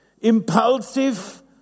impulsive